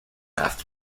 after